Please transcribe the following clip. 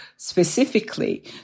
specifically